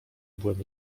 byłem